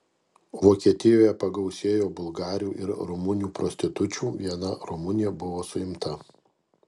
vokietijoje pagausėjo bulgarių ir rumunių prostitučių viena rumunė buvo suimta